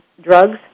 drugs